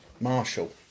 Marshall